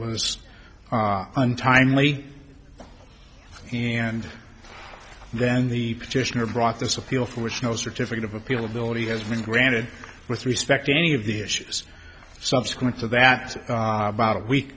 was untimely and then the petitioner brought this appeal for which no certificate of appeal ability has been granted with respect to any of the issues subsequent to that about a week